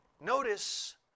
Notice